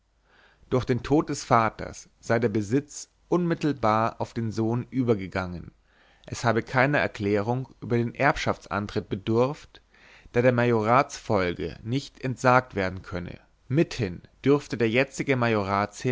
durch den tod des vaters sei der besitz unmittelbar auf den sohn übergegangen es habe keiner erklärung über den erbschaftsantritt bedurft da der majoratsfolge nicht entsagt werden könne mithin dürfte der jetzige